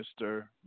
Mr